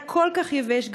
היה כל כך יבש,